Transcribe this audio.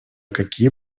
какие